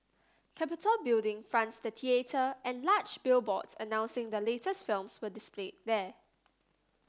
Capitol Building fronts the theatre and large billboards announcing the latest films were displayed there